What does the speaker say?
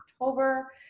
October